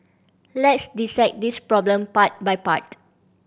let's dissect this problem part by part